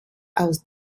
aus